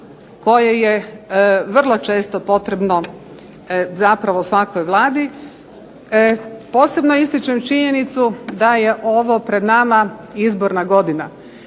koje je vrlo često potrebno zapravo svakoj Vladi. Posebno ističem činjenicu da je ovo pred nama izborna godina